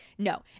No